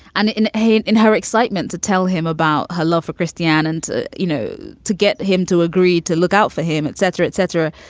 and in her head, in her excitement, to tell him about her love for christiaan and to, you know, to get him to agree to look out for him, etc, etc.